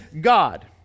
God